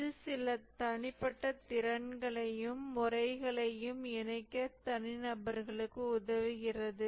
இது சில தனிப்பட்ட திறன்களையும் முறைகளையும் இணைக்க தனிநபர்களுக்கு உதவுகிறது